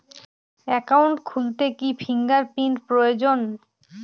Account খুলতে কি fingerprint প্রয়োজন?